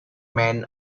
men